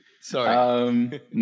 Sorry